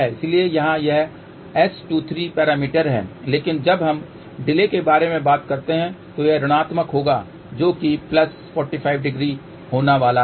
इसलिए यहां यह S23 पैरामीटर है लेकिन जब हम डिले के बारे में बात करते हैं तो यह ऋणात्मक होगा जो कि प्लस 450 होने वाला है